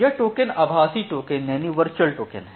ये टोकन आभासी टोकन हैं